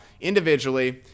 individually